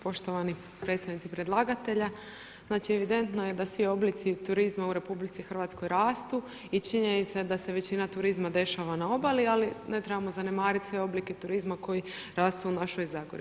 Poštovani predstavnici predlagatelja, znači evidentno je da svi oblici turizma u RH rastu i činjenica je da se većina turizma dešava na obali ali ne trebamo zanemariti sve oblike turizma koji rastu u našoj zagori.